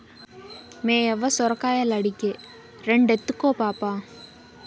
మేయవ్వ సొరకాయలడిగే, రెండెత్తుకో పాపా